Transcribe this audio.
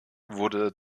wurde